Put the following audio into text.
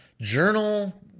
journal